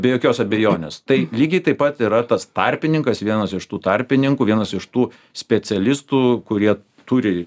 be jokios abejonės tai lygiai taip pat yra tas tarpininkas vienas iš tų tarpininkų vienas iš tų specialistų kurie turi